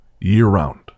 year-round